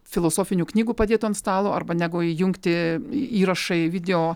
filosofinių knygų padėtų ant stalo arba negu įjungti įrašai video